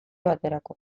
baterako